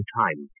time